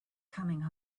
coming